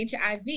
HIV